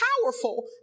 powerful